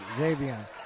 Xavier